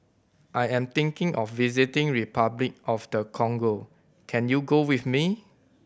I am thinking of visiting Repuclic of the Congo can you go with me